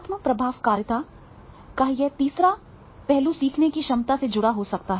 आत्म प्रभावकारिता का यह तीसरा पहलू सीखने की क्षमता से जुड़ा हो सकता है